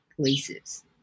places